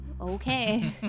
okay